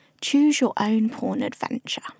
choose-your-own-porn-adventure